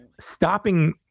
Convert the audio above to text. stopping